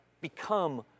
become